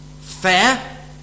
fair